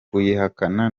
kuyihakana